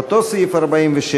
אותו סעיף 46,